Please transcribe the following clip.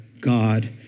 god